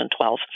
2012